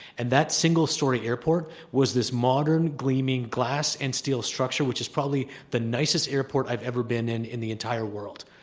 and that single story airport was this modern gleaming glass and steel structure which is probably the nicest airport i've ever been in, in the entire world.